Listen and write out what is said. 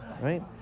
Right